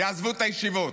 יעזבו את הישיבות.